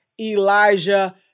Elijah